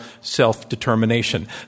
self-determination